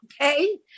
Okay